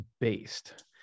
based